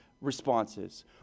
responses